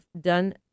done